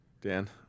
Dan